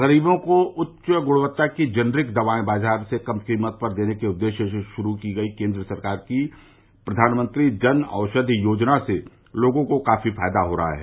गरीबों को उच्च गुणवत्ता की जेनरिक दवाएं बाजार से कम कीमत पर देने के उद्देश्य से शुरू की गई केन्द्र सरकार की प्रधानमंत्री जन औषधि योजना से लोगों को काफी फायदा हो रहा है